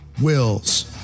Wills